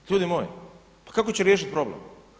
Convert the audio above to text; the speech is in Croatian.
Ljudi moji pa kako će riješiti problem?